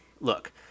look